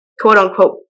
quote-unquote